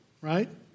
right